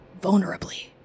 vulnerably